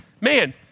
man